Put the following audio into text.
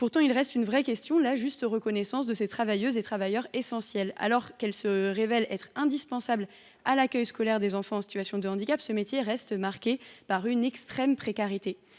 yeux. Il reste une vraie question, celle de la juste reconnaissance de ces travailleurs essentiels. Alors qu’il se révèle indispensable à l’accueil scolaire des enfants en situation de handicap, ce métier reste marqué par une extrême précarité.